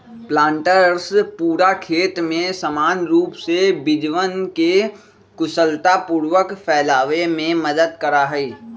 planters पूरा खेत में समान रूप से बीजवन के कुशलतापूर्वक फैलावे में मदद करा हई